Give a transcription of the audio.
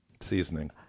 seasoning